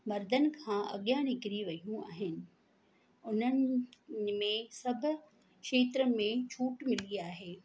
मर्दनि खां अॻियां निकिरी वयूं आहिनि उन्हनि में सभु क्षेत्र में छूट मिली आहे